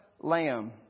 lamb